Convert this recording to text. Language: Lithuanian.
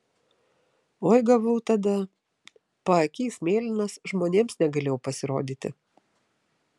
oi gavau tada paakys mėlynas žmonėms negalėjau pasirodyti